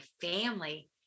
family